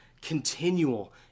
continual